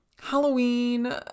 Halloween